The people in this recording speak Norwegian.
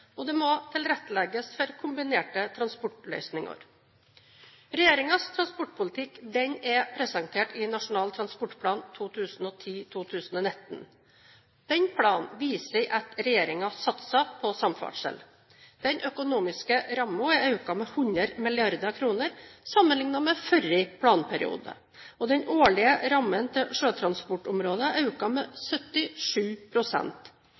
og det må tilrettelegges for kombinerte transportløsninger. Regjeringens transportpolitikk er presentert i Nasjonal transportplan 2010–2019. Planen viser at regjeringen satser på samferdsel. Den økonomiske rammen er økt med 100 mrd. kr sammenlignet med forrige planperiode, og den årlige rammen til sjøtransportområdet